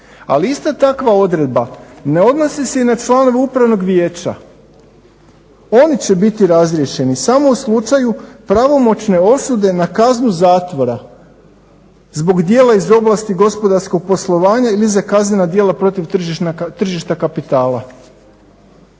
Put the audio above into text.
Ali ista takva odredbe ne odnosi se na članove upravnog vijeća. Oni će biti razriješeni samo u slučaju pravomoćne osude na kaznu zatvora zbog djela iz oblasti gospodarskog poslovanja ili za kaznena djela protiv tržišta kapitala.